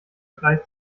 preis